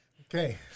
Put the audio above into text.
Okay